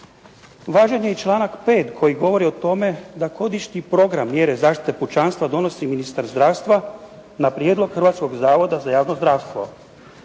Važan je i članak 5. koji govori o tome da godišnji program mjere zaštite pučanstva donosi ministar zdravstva na prijedlog Hrvatskog zavoda za javno zdravstvo.